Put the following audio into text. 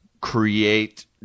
create